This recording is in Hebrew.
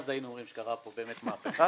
אז היינו אומרים שקרתה פה באמת מהפכה.